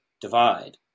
divide